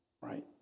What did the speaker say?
right